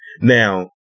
Now